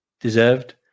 deserved